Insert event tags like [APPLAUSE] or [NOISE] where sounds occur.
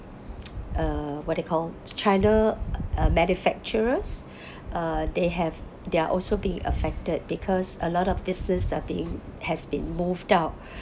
uh what do you call china uh manufacturers [BREATH] uh they have they are also be affected because a lot of business are being has been moved out [BREATH]